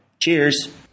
Cheers